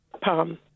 palm